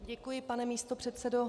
Děkuji, pane místopředsedo.